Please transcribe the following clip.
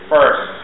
First